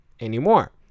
anymore